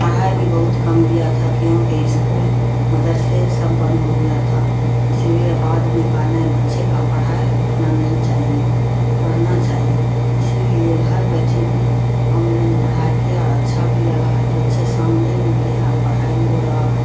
پڑھائی بھی بہت کم گیا تھا کیونکہ اسکول مدرسے سب بند ہو گیا تھا اسی لیے بعد میں کہا نہیں بچے کا پڑھائی رکنا نہیں چاہیے پڑھنا چاہی اسی لیے گھر بیٹھے بھی آن لائن پڑھائی کیا اور اچھا بھی لگا کہ بچے سامنے میں بھی ہے اور پڑھائی بھی ہو رہا ہے